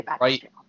right